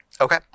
Okay